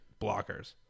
blockers